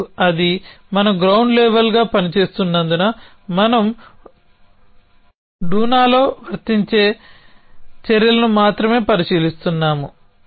మరియు అది మనం గ్రౌండ్ లెవల్గా పని చేస్తున్నందున మనం డూమైన్లో వర్తించే చర్యలను మాత్రమే పరిశీలిస్తున్నాము